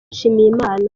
nshimiyimana